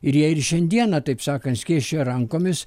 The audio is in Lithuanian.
ir jie ir šiandieną taip sakant skėsčia rankomis